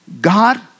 God